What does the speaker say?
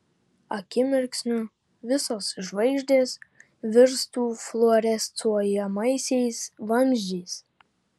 akimirksniu visos žvaigždės virstų fluorescuojamaisiais vamzdžiais